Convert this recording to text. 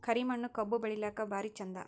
ಕರಿ ಮಣ್ಣು ಕಬ್ಬು ಬೆಳಿಲ್ಲಾಕ ಭಾರಿ ಚಂದ?